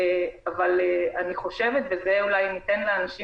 אבל אני חושבת ובזה אולי ניתן לאנשים